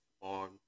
on